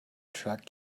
truck